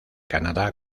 canadá